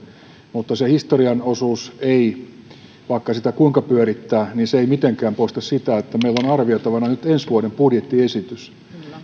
mutta historian osuus ei vaikka sitä kuinka pyörittää mitenkään poista sitä että meillä on arvioitavana nyt ensi vuoden budjettiesitys